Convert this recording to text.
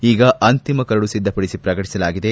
ಈಗ ಅಂತಿಮ ಕರಡು ಸಿದ್ದಪಡಿಸಿ ಪ್ರಕಟಿಸಲಾಗಿದೆ